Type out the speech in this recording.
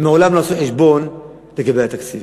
מעולם לא עשו חשבון לגבי התקציב.